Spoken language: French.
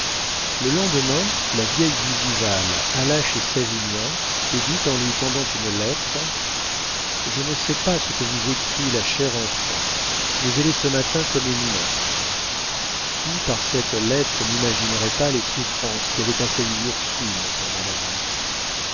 le lendemain la vieille bougival alla chez savinien et dit en lui tendant une lettre je ne sais pas ce que vous écrit la chère enfant mais elle est ce matin comme une morte qui par cette lettre n'imaginerait pas les souffrances qui avaient assailli ursule pendant la nuit